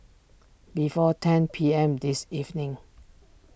before ten P M this evening